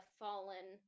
fallen